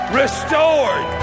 restored